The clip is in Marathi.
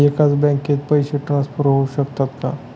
एकाच बँकेत पैसे ट्रान्सफर होऊ शकतात का?